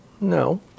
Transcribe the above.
No